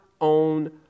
own